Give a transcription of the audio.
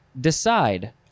decide